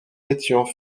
étions